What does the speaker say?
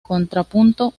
contrapunto